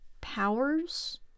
powers